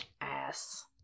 ass